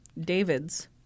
David's